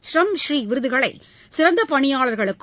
ஷரம்பூரீ விருதுகளை சிறந்த பணியாளர்களுக்கும்